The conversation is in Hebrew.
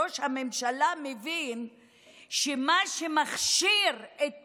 ראש הממשלה מבין שמה שמכשיר את